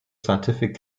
scientific